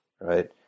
right